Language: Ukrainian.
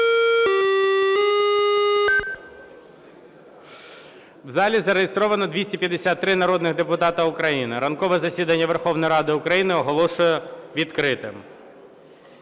У залі зареєстровано 253 народних депутати України. Ранкове засідання Верховної Ради України оголошую відкритим.